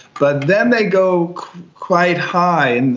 but then they go quite high, and